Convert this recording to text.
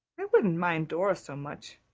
wouldn't mind dora so much.